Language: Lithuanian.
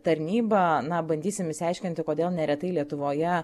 tarnybą na bandysim išsiaiškinti kodėl neretai lietuvoje